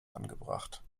angebracht